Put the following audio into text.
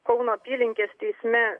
kauno apylinkės teisme